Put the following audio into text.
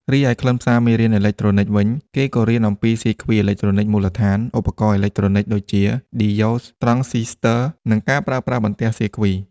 រីឯខ្លឹមសារមេរៀនអេឡិចត្រូនិចវិញ គេក៏រៀនអំពីសៀគ្វីអេឡិចត្រូនិចមូលដ្ឋាន ឧបករណ៍អេឡិចត្រូនិចដូចជា ឌីយ៉ូត ត្រង់ស៊ីស្ទ័រ និងការប្រើប្រាស់បន្ទះសៀគ្វី។